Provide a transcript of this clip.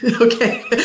Okay